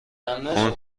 اون